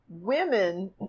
women